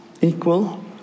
Equal